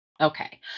Okay